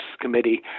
Committee